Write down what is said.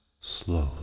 slowly